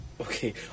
okay